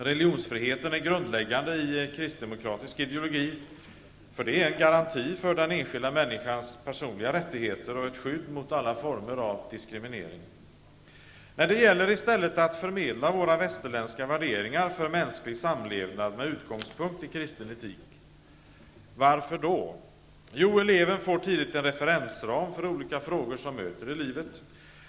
Religionsfriheten är grundläggande i kristdemokratisk ideologi, då det är en garanti för den enskilda människans personliga rättigheter och ett skydd mot alla former av diskriminiering. Det gäller i stället att förmedla våra västerländska värderingar för mänsklig samlevnad med utgångspunkt i kristen etik. Varför då? Jo, eleven får tidigt en referensram för olika frågor som möter i livet.